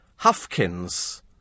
Huffkins